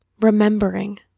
remembering